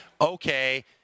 okay